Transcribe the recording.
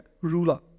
ruler